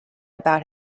about